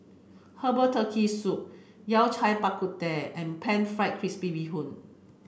Herbal Turtle Soup Yao Cai Bak Kut Teh and Pan Fried Crispy Bee Hoon